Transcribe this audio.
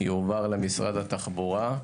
יועבר למשרד התחבורה,